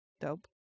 Dope